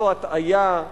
זו הטעיה.